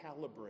calibrate